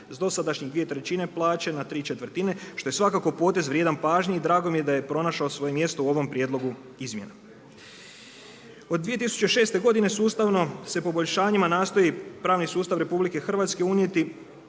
S dosadašnjih 2/3 plaće na 3/4 što je svakako potez vrijedan pažnje i drago mi je da je pronašao svoje mjesto u ovom prijedlogu izmjena. Od 2006. sustavno se poboljšanjima nastoji u pravni sustav RH unijeti